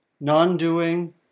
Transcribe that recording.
non-doing